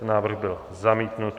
Návrh byl zamítnut.